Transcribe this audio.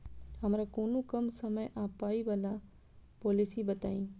हमरा कोनो कम समय आ पाई वला पोलिसी बताई?